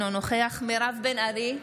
אינו נוכח מירב בן ארי,